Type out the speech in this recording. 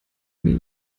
mir